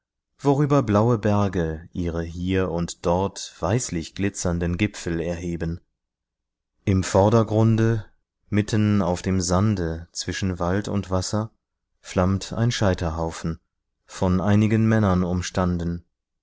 worüber blaue berge ihre hier und dort weißlich glitzernden gipfel erheben im vordergrunde mitten auf dem sande zwischen wald und wasser flammt ein scheiterhaufen von einigen männern umstanden